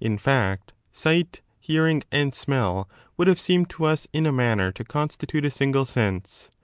in fact, sight, hearing and smell would have seemed to us in a manner to con stitute a single sense.